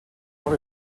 хор